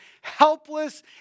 helpless